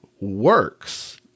works